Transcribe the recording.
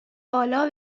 بالا